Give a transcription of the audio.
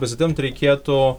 pasitempt reikėtų